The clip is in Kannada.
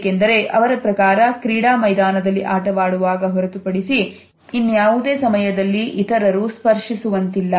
ಏಕೆಂದರೆ ಅವರ ಪ್ರಕಾರ ಕ್ರೀಡಾ ಮೈದಾನದಲ್ಲಿ ಆಟವಾಡುವಾಗ ಹೊರತುಪಡಿಸಿ ಇನ್ಯಾವುದೇ ಸಮಯದಲ್ಲಿ ಇತರರು ಸ್ಪರ್ಧಿಸುವಂತಿಲ್ಲ